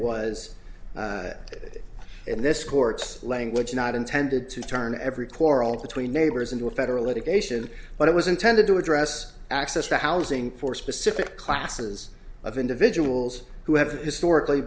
in this court's language not intended to turn every quarrel between neighbors into a federal litigation but it was intended to address access for housing for specific classes of individuals who have historically